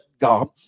God